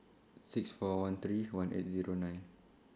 six four one three one eight Zero nine